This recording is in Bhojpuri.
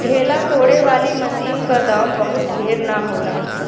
ढेला तोड़े वाली मशीन क दाम बहुत ढेर ना होला